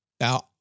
Now